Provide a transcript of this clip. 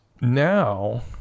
now